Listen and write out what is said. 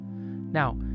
Now